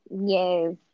Yes